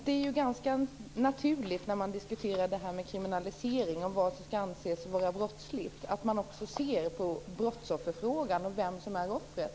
Det är ganska naturligt, när man diskuterar kriminalisering och vad som skall anses vara brottsligt, att man också ser på brottsofferfrågan och vem som är offret.